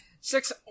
Six